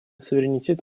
суверенитет